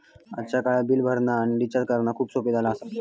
आजच्या काळात बिल भरणा आणि रिचार्ज करणा खूप सोप्प्या झाला आसा